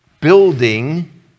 building